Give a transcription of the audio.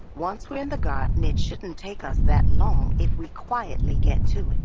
once we're in the garden, it shouldn't take us that long if we quietly get to